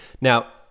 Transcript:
Now